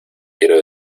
quiero